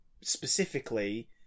specifically